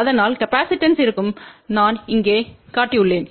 அதனால் காப்பாசிட்டன்ஸ் இருக்கும் நான் இங்கே காட்டியுள்ளேன்